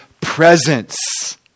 presence